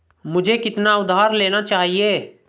मुझे कितना उधार लेना चाहिए?